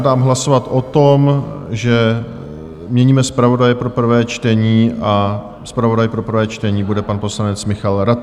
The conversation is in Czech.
Dám hlasovat o tom, že měníme zpravodaje pro prvé čtení zpravodaj pro prvé čtení bude pan poslanec Michael Rataj.